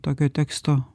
tokio teksto